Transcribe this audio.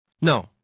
No